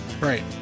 right